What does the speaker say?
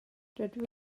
dydw